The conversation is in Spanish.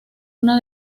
una